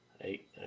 Eight